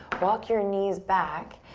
walk your knees back.